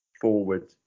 forward